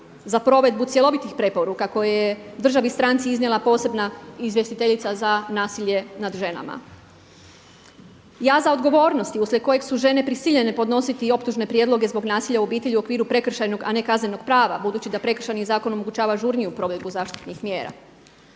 za provedbu cjelovitih preporuka koje je državi stranci iznijela posebna izvjestiteljica za nasilje nad ženama. Ja odgovornost i uslijed kojeg su žene prisiljene podnositi i optužne prijedloge zbog nasilja u obitelji u okviru prekršajnog, a ne kaznenog prava budući da prekršajni zakon omogućava žurniju provedbu zaštitnih mjera,